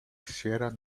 sierra